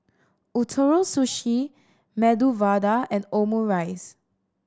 Ootoro Sushi Medu Vada and Omurice